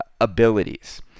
abilities